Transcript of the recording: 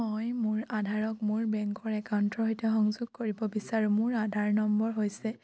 মই মোৰ আধাৰক মোৰ বেংকৰ একাউণ্টৰ সৈতে সংযোগ কৰিব বিচাৰো মোৰ আধাৰ নম্বৰ হৈছে